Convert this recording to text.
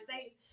States